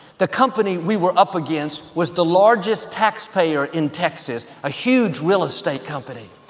the company we were up against was the largest taxpayer in texas, a huge real estate company.